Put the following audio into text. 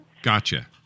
Gotcha